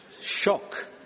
Shock